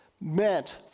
meant